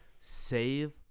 save